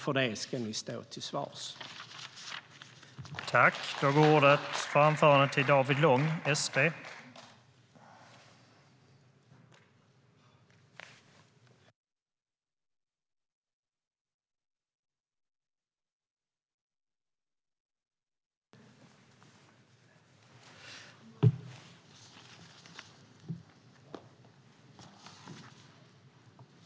För det ska ni stå till svars.